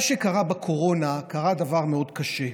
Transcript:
מה שקרה בקורונה, קרה דבר מאוד קשה.